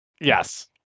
Yes